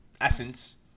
essence